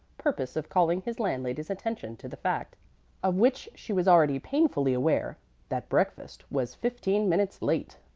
purpose of calling his landlady's attention to the fact of which she was already painfully aware that breakfast was fifteen minutes late.